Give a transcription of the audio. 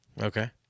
Okay